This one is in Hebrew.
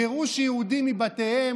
גירוש יהודים מבתיהם,